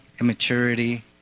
Immaturity